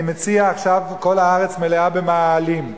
אני מציע, עכשיו כל הארץ מלאה במאהלים.